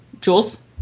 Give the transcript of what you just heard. Jules